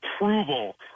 approval